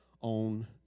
on